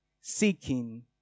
seeking